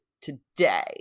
today